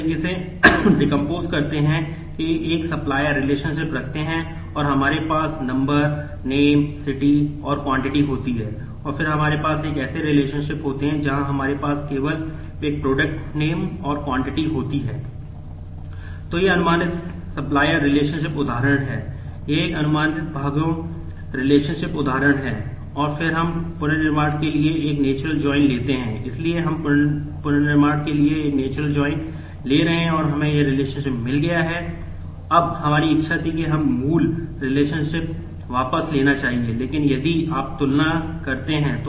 इसलिए हमारे यहाँ एक supplier रिलेशनशिप होते हैं जहां हमारे पास केवल एक product name और quantity होती है